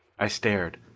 i stared,